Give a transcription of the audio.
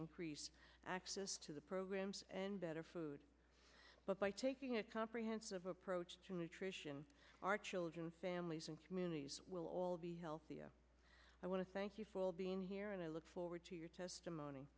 increase access to the programs and better food but by taking a comprehensive approach to nutrition our children families and communities will all be healthy and i want to thank you for being here and i look forward to your testimony